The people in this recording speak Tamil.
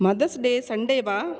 mothers day சண்டேவா